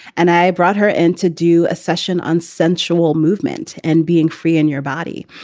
and i brought her in to do a session on sensual movement and being free in your body.